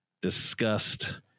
discussed